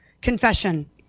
Confession